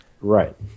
Right